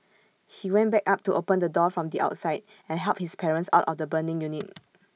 he went back up to open the door from the outside and helped his parents out of the burning unit